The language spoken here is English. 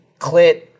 Clit